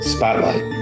Spotlight